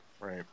right